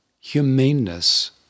humaneness